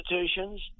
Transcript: institutions